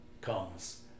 comes